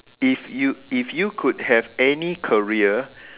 if you if you could have any career